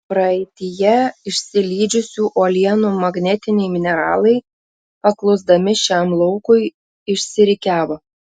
praeityje išsilydžiusių uolienų magnetiniai mineralai paklusdami šiam laukui išsirikiavo